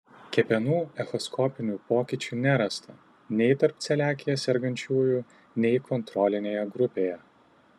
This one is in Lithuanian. kepenų echoskopinių pokyčių nerasta nei tarp celiakija sergančiųjų nei kontrolinėje grupėje